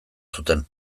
zuten